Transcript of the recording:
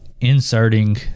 inserting